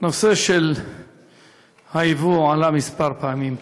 נושא היבוא עלה כמה פעמים פה.